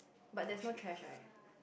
but there's no trash right